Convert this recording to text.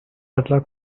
peddler